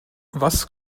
was